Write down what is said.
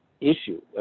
issue